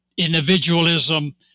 individualism